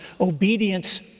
Obedience